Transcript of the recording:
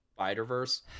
spider-verse